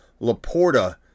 Laporta